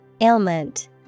Ailment